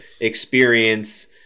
experience